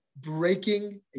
breaking